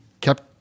kept